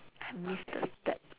I miss the step